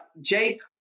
jake